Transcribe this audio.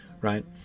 right